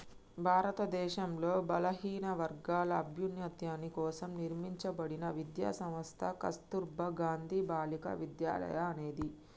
భారతదేశంలో బలహీనవర్గాల అభ్యున్నతి కోసం నిర్మింపబడిన విద్యా సంస్థ కస్తుర్బా గాంధీ బాలికా విద్యాలయ అనేది